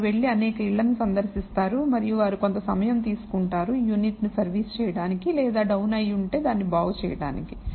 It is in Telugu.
వారు వెళ్ళి అనేక ఇళ్లను సందర్శిస్తారు మరియు వారు కొంత సమయం తీసుకుంటారు యూనిట్కు సర్వీస్ చేయడానికి లేదా డౌన్ అయి ఉంటే దాన్ని బాగు చేయడానికి